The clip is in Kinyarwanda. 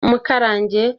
mukarange